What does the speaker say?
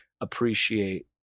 appreciate